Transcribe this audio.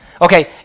Okay